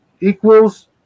equals